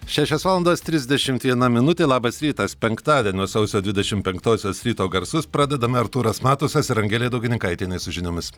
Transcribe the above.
šešios valandos trisdešimt viena minutė labas rytas penktadienio sausio dvidešim penktosios ryto garsus pradedame artūras matusas ir angelė daugininkaitienė su žiniomis